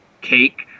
cake